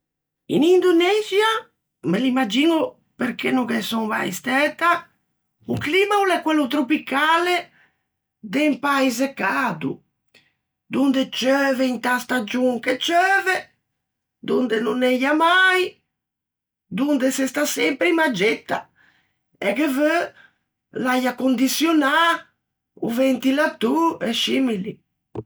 In Indonexia, me l'imagiño perché no ghe son mai stæta, o climma o l'é quello tropicale de un paise cado, donde ceuve inta stagion che ceuve, donde no neia mai, donde se sta sempre in maggetta e ghe veu l'äia condiçionâ, o ventilatô e scimili.